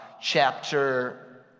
chapter